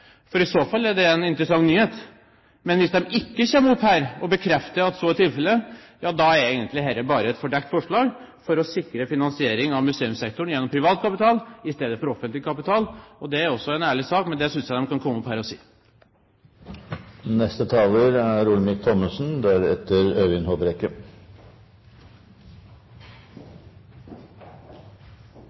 I så fall er det en interessant nyhet. Hvis de ikke kommer på talerstolen og bekrefter at så er tilfellet, er dette egentlig bare et fordekt forslag for å sikre finansiering av museumssektoren gjennom privat kapital i stedet for offentlig kapital. Det er en ærlig sak, men jeg synes de kan komme opp hit og si det. Høyre mener ikke – og heller ikke Kristelig Folkeparti eller Venstre – at dette er